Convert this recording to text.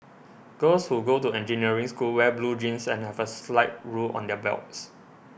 girls who go to engineering school wear blue jeans and have a slide rule on their belts